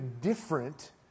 different